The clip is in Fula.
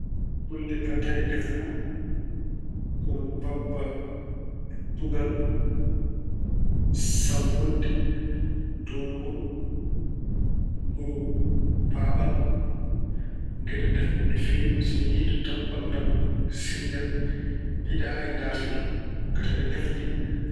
Kulle ladde ɗe neffanmi ko mbabba tugal, sammunde, doomburu, kuru-paaɓal. Ko geɗe ɗe neffanmi no feewi. So mi yiyi ɗum tan, ɓanndu am sirñan. Mi yiɗaa hay ndaarde ɗum ngati ine nefni.